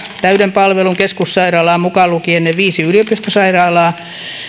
täyden palvelun keskussairaalaa mukaan lukien viisi yliopistosairaalaa